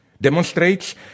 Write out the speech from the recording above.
demonstrates